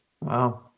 Wow